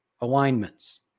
alignments